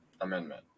Amendment